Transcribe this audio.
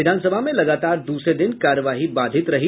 विधान सभा में लगातार दूसरे दिन कार्यवाही बाधित रही